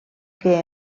que